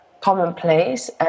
commonplace